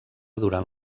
durant